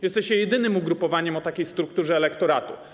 Jesteście jedynym ugrupowaniem o takiej strukturze elektoratu.